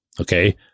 Okay